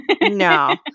No